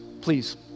please